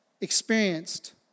experienced